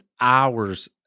hours